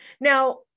Now